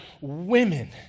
women